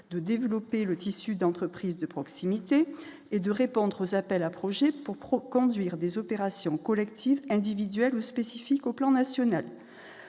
de développer le tissu d'entreprises de proximité et de répondre aux appels à projets pour Pro conduire des opérations collectives, individuelles spécifique au plan national,